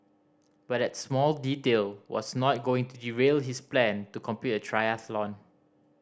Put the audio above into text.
but that small detail was not going to derail his plan to complete a triathlon